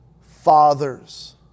fathers